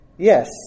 Yes